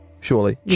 surely